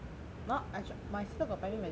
now I my sister got buy me medication